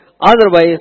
Otherwise